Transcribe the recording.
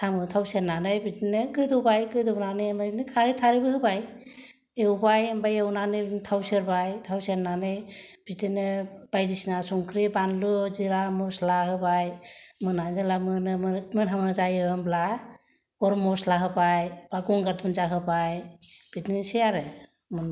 साम'वाव थाव सेरनानै बिदिनो गोदौबाय गोदौनानै आमफाय खारै थारैबो होबाय एवबाय आमफाय एवनानै थाव सेरबाय थाव सेरनानै बिदिनो बायदिसिना संख्रि बानलु जिरा मस्ला होबाय मोना जेला मोनो मोनो मोनहां जायो होनब्ला गरम मस्ला होबाय बा गंगार दुनदिया होबाय बिदिनोसै आरो मोनबाय दा